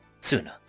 sooner